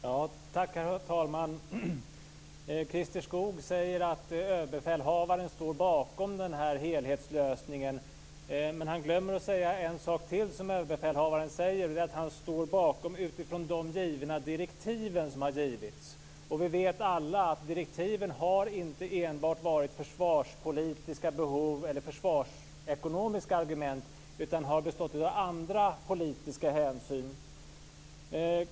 Herr talman! Christer Skoog säger att överbefälhavaren står bakom den här helhetslösningen. Men han glömmer att säga en sak till som överbefälhavaren säger. Det är att han står bakom den utifrån de direktiv som har givits. Vi vet alla att direktiven inte enbart har gällt försvarspolitiska behov eller försvarsekonomiska argument utan har bestått av andra politiska hänsyn.